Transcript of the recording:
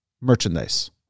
merchandise